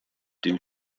due